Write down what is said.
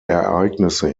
ereignisse